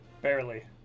Barely